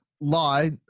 lie